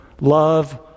Love